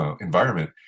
environment